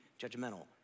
judgmental